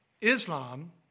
Islam